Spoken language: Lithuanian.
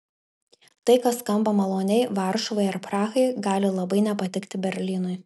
tai kas skamba maloniai varšuvai ar prahai gali labai nepatikti berlynui